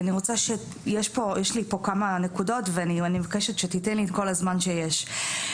יש לי פה כמה נקודות ואני מבקשת שתיתן לי את כל הזמן שיש.